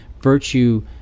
virtue